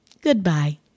Goodbye